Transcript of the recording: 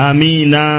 Amina